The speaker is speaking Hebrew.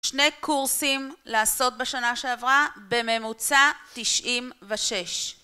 שני קורסים לעשות בשנה שעברה בממוצע 96